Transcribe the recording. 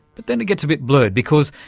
but then it gets a bit blurred because,